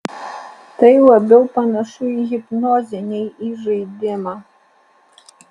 tai labiau panašu į hipnozę nei į žaidimą